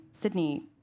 Sydney